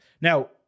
Now